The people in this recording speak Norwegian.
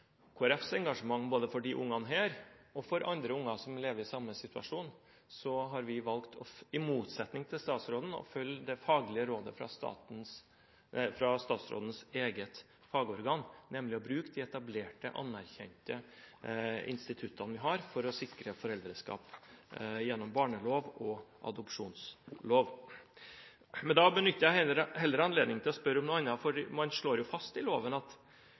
engasjement både for disse ungene og for andre unger som lever i samme situasjon, har vi – i motsetning til statsråden – valgt å følge det faglige rådet fra statsrådens eget fagorgan, nemlig å bruke de etablerte, anerkjente instituttene vi har for å sikre foreldreskap, gjennom barnelov og adopsjonslov. Jeg benytter heller anledningen til å spørre om noe annet. Man slår fast i loven at